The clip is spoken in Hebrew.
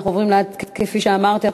כפי שאמרתי,